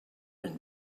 and